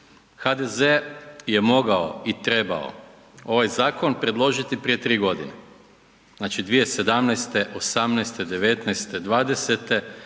HDZ je mogao i trebao ovaj zakon predložiti prije tri godine. Znači 2017., '18., '19., '20.